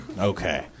Okay